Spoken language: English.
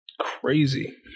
crazy